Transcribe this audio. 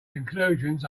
conclusions